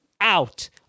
out